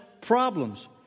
problems